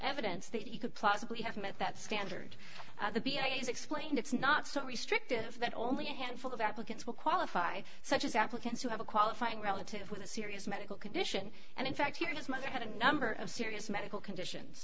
evidence that you could plausibly have met that standard b i explained it's not so restrictive that only a handful of applicants will qualify such as applicants who have a qualifying relative with a serious medical condition and in fact here his mother had a number of serious medical conditions